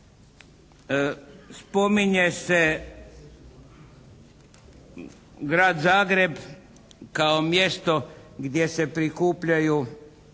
spominje se grad Zagreb kao mjesto gdje se prikupljanju